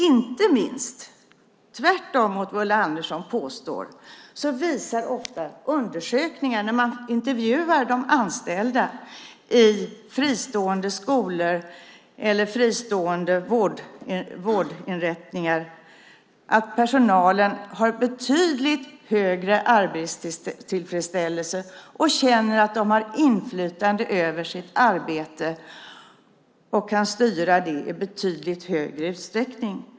Inte minst, och tvärtom mot vad Ulla Andersson påstår, visar ofta undersökningar när man intervjuar de anställda i fristående skolor eller vårdinrättningar att personalen där har betydligt större arbetstillfredsställelse och känner att de har inflytande över sitt arbete och kan styra det i betydligt större utsträckning.